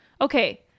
Okay